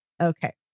Okay